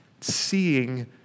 seeing